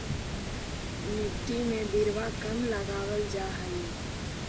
मिट्टी में बिरवा कब लगावल जा हई?